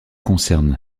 concerne